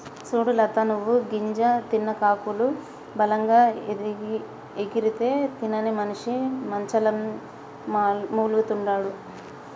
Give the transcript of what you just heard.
సూడు లత నువ్వు గింజ తిన్న కాకులు బలంగా ఎగిరితే తినని మనిసి మంచంల మూల్గతండాడు